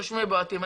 נושמים ובועטים.